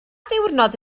ddiwrnod